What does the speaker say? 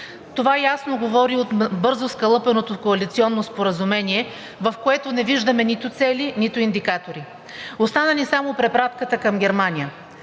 това ясно говори бързо скалъпеното коалиционно споразумение, в което не виждаме нито цели, нито индикатори. Остана ни само препратката към Германия.